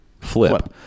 flip